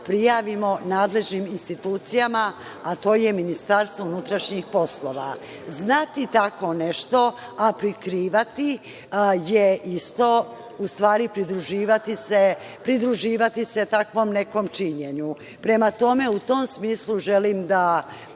prijavimo nadležnim institucijama, a to je Ministarstvo unutrašnjih poslova. Znati tako nešto, a prikrivati je isto u stvari pridruživati se takvom nekom činjenju. Prema tome, u tom smislu želim da